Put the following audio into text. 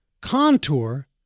Contour